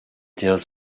deals